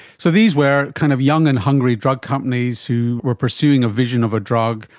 so these were kind of young and hungry drug companies who were pursuing a vision of a drug,